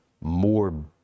more